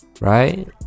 right